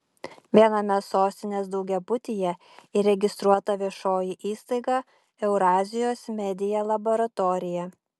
viename sostinės daugiabutyje įregistruota viešoji įstaiga eurazijos media laboratorija